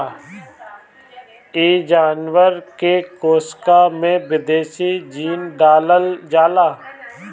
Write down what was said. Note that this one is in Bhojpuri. इ जानवर के कोशिका में विदेशी जीन डालल जाला